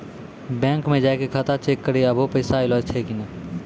bank मे जाय के खाता चेक करी आभो पैसा अयलौं कि नै